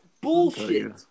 Bullshit